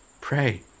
Pray